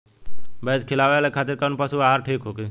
भैंस के खिलावे खातिर कोवन पशु आहार ठीक रही?